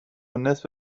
نصف